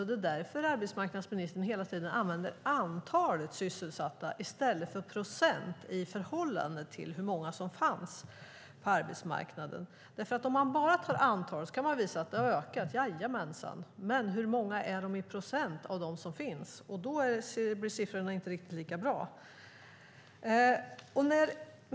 Det är därför arbetsmarknadsministern hela tiden använder antalet sysselsatta i stället för procent av hur många som fanns på arbetsmarknaden. Om man bara tittar på antalet kan man visa att det har ökat, men hur många är de i procent av dem som finns? Då blir siffrorna inte riktigt lika bra. Herr talman!